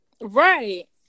Right